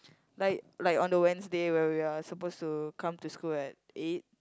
like like on a Wednesday where we are supposed to come to school at eight